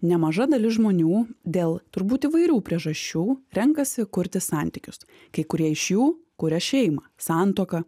nemaža dalis žmonių dėl turbūt įvairių priežasčių renkasi kurti santykius kai kurie iš jų kuria šeimą santuoką